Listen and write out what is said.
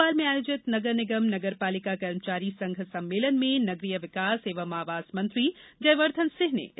भोपाल में आयोजित नगर निगम नगर पालिका कर्मचारी संघ सम्मेलन में नगरीय विकास एंव आवास मंत्री जयवर्द्वन सिंह ने इसकी घोषणा की